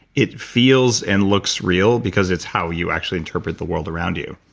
it feels and looks real because it's how you actually interpret the world around you.